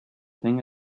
thing